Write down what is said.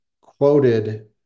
quoted